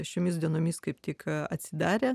šiomis dienomis kaip tik atsidarė